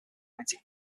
united